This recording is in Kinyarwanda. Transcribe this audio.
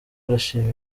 arashima